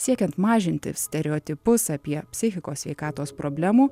siekiant mažinti stereotipus apie psichikos sveikatos problemų